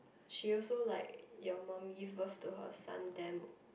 she also like your mum give birth to her son damn